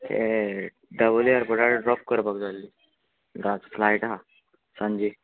दाबोले एअरपोर्टार ड्रॉप करपाक जाय आसली धांक फ्लायट आहा सांजे